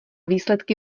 výsledky